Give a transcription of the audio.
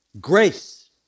Grace